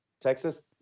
Texas